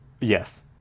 Yes